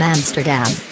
Amsterdam